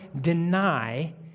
deny